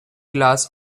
glass